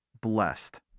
blessed